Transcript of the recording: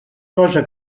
cosa